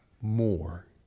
more